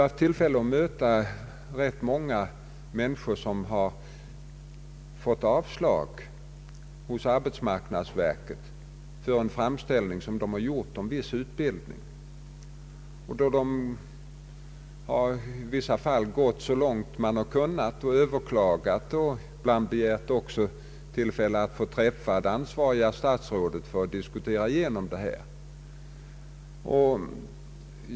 Ganska många människor har fått avslag hos arbetsmarknadsverket när de gjort framställningar om viss utbildning. De som överklagat har ibland till och med begärt att få träffa det ansvariga statsrådet för att diskutera igenom saken.